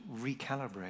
recalibrate